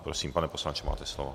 Prosím, pane poslanče, máte slovo.